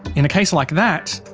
in a case like that,